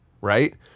right